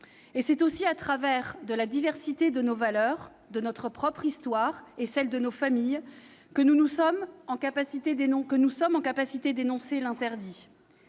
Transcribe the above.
C'est aussi au travers de la diversité de nos valeurs, de notre propre histoire et de celle de nos familles que nous sommes en capacité d'énoncer l'interdit.